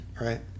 right